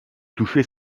toucher